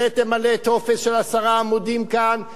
לזה תמלא טופס של עשרה עמודים כאן.